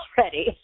already